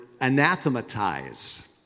anathematize